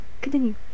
continue